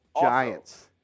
Giants